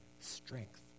strength